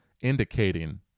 indicating